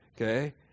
Okay